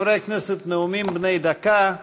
חברי הכנסת, נאומים בני דקה.